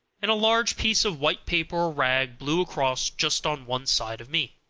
and a large piece of white paper or rag blew across just on one side of me.